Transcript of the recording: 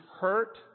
hurt